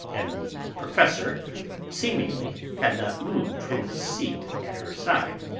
and the professor seemingly had not moved from his seat at her side.